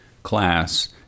Class